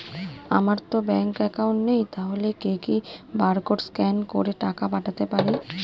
আমারতো bank account নেই তাহলে কি কি বারকোড স্ক্যান করে টাকা পাঠাতে পারি?